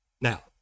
Now